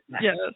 Yes